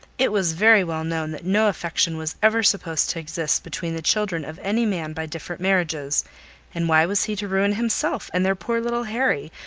it was very well known that no affection was ever supposed to exist between the children of any man by different marriages and why was he to ruin himself, and their poor little harry,